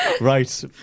Right